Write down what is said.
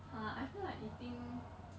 !huh! I feel like eating